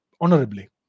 honorably